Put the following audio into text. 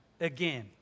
again